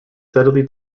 steadily